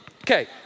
okay